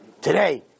Today